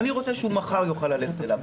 אני רוצה שהוא מחר יוכל ללכת אליו.